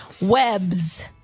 webs